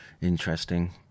Interesting